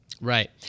Right